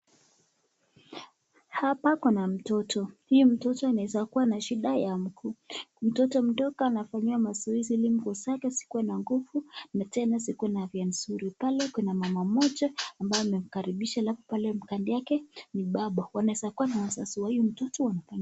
Hapa kuna mtoto, Huyu mtoto anaeza kuwa na shida ya mguu mtoto mdogo anafanyiwa mazoezi ili miguu zake sikue na nguvu na tena sikue na avya nzuri, Pale kuna mama mmoja ambaye amemkaribisha halafu pale kando yake kuna baba anaeza kuwa na wazazi wa huyu mtoto.